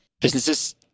businesses